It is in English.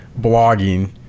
blogging